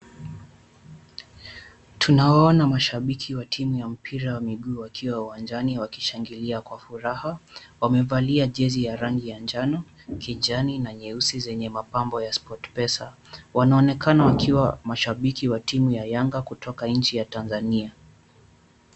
Tunawaona mashabiki wa timu ya mpira wa miguu wakiwa uwanjani wakishangilia kwa furaha. Wamevalia jezi ya rangi ya njano, kijani la, na nyeusi zenye mapambo ya Sportpesa. Wanaonekana wakiwa mashabiki wa timu ya Yanga, kutoka nchi ya Tanzania.